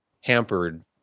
hampered